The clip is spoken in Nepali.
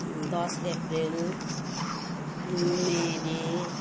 दस अप्रिल मई डे